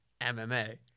MMA